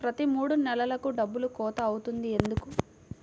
ప్రతి మూడు నెలలకు డబ్బులు కోత అవుతుంది ఎందుకు?